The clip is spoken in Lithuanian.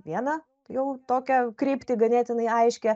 vieną jau tokią kryptį ganėtinai aiškią